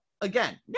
again